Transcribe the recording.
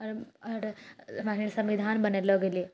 आओर आओर हमरासनी संविधान बनेलो गेलै